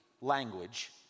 language